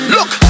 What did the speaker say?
Look